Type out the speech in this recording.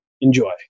Enjoy